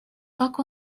как